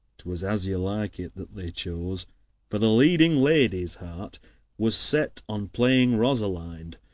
twas as you like it that they chose for the leading lady's heart was set on playing rosalind,